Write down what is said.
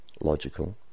logical